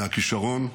מהכישרון,